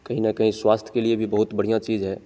कहीं न कहीं स्वास्थ्य के लिए भी बहुत बढ़िया चीज है